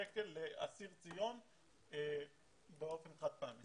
לאסיר ציון באופן חד-פעמי.